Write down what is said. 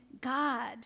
God